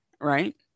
right